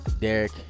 Derek